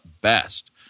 best